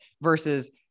versus